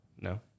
No